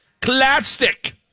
Classic